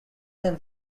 them